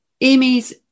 Amy's